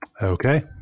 Okay